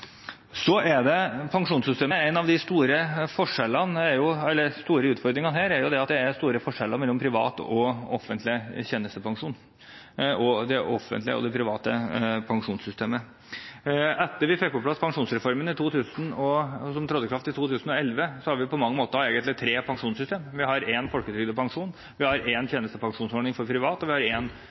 store utfordringen her er at det er store forskjeller mellom privat og offentlig tjenestepensjon og det offentlige og det private pensjonssystemet. Etter at vi fikk på plass pensjonsreformen, som trådte i kraft i 2011, har vi på mange måter egentlig tre pensjonssystemer: Vi har én folketrygdpensjon, vi har én tjenestepensjonsordning for private, og vi har